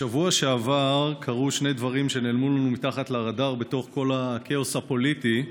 בשבוע שעבר קרו שני דברים שנעלמו לנו מתחת לרדאר בתוך כל הכאוס הפוליטי,